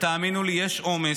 ותאמינו לי שיש עומס,